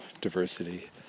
diversity